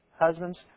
Husbands